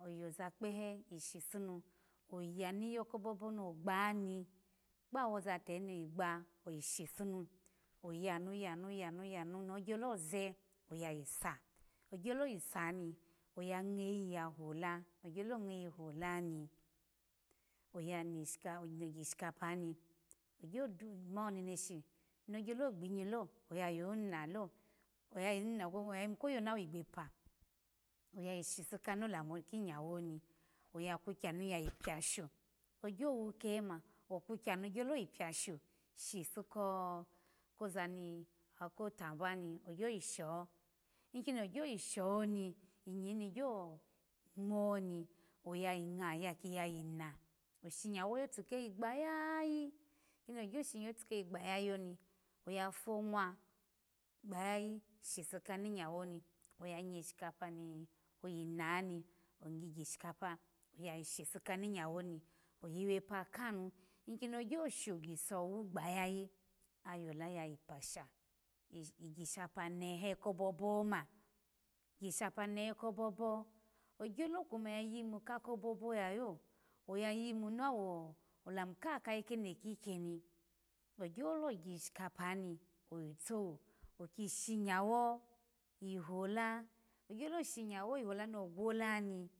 Oza kpehe yishipu nu oya niyoko bobo ni ogbbani kpawoza keni yi gba oyipunu oyanuyanu yani nogyo lo ze oya yisa ogyo lo yi yisani oya nigishapa ni ogyo mo neneshi nogyo gbinyilo oya yo nalo oya yona kwoma aya yimu na wegbepa oya yo shipu kinyawo ni kano lamu oni oya kwagya nu piyashu ogyo wokema okwagya gyolo yipiyashu shipu ko koza ni akotugwani ogyo yisho iki ogyo yishoni inyi oni gyo ngmo ni oya yi ngma ki ya iana oshinya wo yotu keyi gbayayi kini ogyo kishinyawo otu kuyi gbayayi oni oya fomwa gha yayi shipu kanigyawo ni oya nigi shapa oyina oni bigishikapa ya yi shipu ka nya woni oyiwepa kana ikimi ogyo shogiso wugba yayi ayola ya pasha igshapa nehe kobobo ogyolo kuma yayi mu kakobobo yayo oya yimu ona wolamu ka kayi keno kikiyeni ogyolo gyishikapa ni oyi towu oki shinyawo yi hola ogyolo kishinyawo yi hola nogwola ni